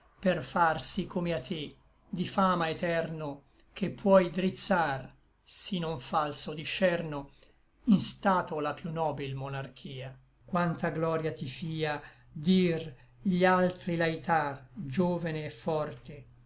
per farsi come a te di fama eterno che puoi drizzar s'i non falso discerno in stato la piú nobil monarchia quanta gloria ti fia dir gli altri l'aitr giovene et forte